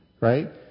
Right